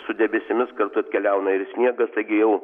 su debesimis kartu atkeliauna ir sniegas taigi jau